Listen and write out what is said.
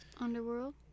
Underworld